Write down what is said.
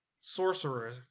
sorcerer